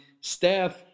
staff